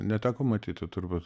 neteko matyti turbūt